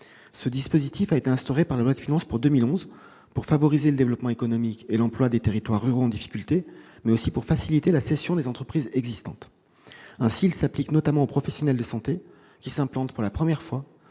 Ce dispositif a été instauré par la loi de finances pour 2011 non seulement pour favoriser le développement économique et l'emploi des territoires ruraux en difficulté, mais aussi pour faciliter la cession des entreprises existantes. Ainsi, il s'applique notamment aux professionnels de santé qui s'implantent pour la première fois